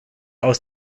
aus